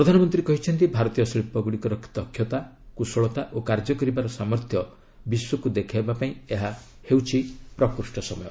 ପ୍ରଧାନମନ୍ତ୍ରୀ କହିଛନ୍ତି ଭାରତୀୟ ଶିଳ୍ପଗୁଡ଼ିକର ଦକ୍ଷତା କୁଶଳତା ଓ କାର୍ଯ୍ୟ କରିବାର ସାମର୍ଥ୍ୟ ବିଶ୍ୱକୁ ଦେଖାଇବାପାଇଁ ଏହା ହେଉଛି ପ୍ରକୃଷ୍ଟ ସମୟ